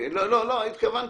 זה לא משהו שאני מזלזל בו.